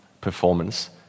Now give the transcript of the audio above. performance